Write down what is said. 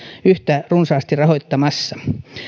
yhtä runsaasti rahoittamassa